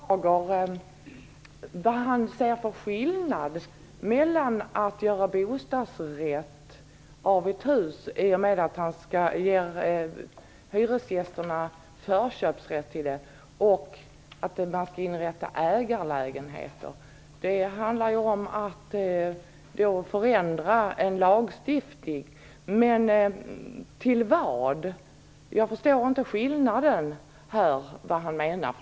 Herr talman! Jag skulle vilja fråga Per Lager vilken skillnad han ser mellan att göra en bostadsrätt av ett hus i och med att man ger hyresgästerna förköpsrätt till den och att inrätta ägarlägenheter. Det handlar ju då om att förändra en lagstiftning, men till vad? Jag förstår inte vilken skillnad som han ser här.